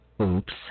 Oops